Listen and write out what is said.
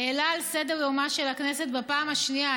העלה על סדר-יומה של הכנסת בפעם השנייה,